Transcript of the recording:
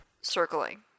circling